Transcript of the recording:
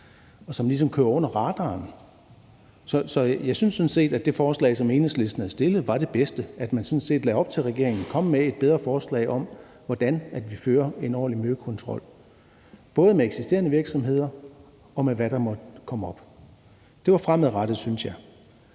og som ligesom kører under radaren. Så jeg synes sådan set, at det forslag, som Enhedslisten fremsatte, var det bedste, altså at man lagde op til, at regeringen skulle komme med et bedre forslag om, hvordan vi fører en ordentlig miljøkontrol, både med eksisterende virksomheder og med dem, der måtte komme. Det var fremadrettet, synes jeg.